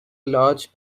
large